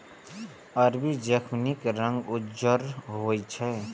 अरबी जैस्मीनक रंग उज्जर होइ छै